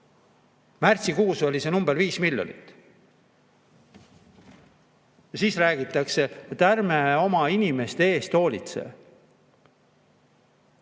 Märtsikuus oli see number 5 miljonit. Siis räägitakse, et ärme oma inimeste eest hoolitseme.